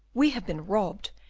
we have been robbed,